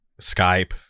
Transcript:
Skype